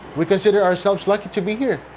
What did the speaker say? we consider ourselves lucky to be here.